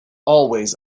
always